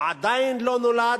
הוא עדיין לא נולד,